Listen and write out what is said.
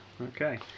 Okay